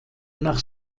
nach